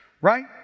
Right